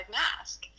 mask